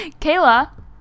Kayla